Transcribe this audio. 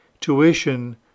tuition